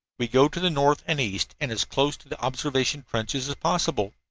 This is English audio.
we go to the north and east and as close to the observation trenches as possible.